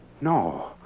No